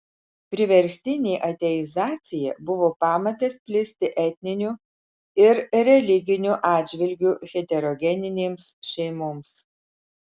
priverstinė ateizacija buvo pamatas plisti etniniu ir religiniu atžvilgiu heterogeninėms šeimoms